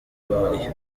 wayo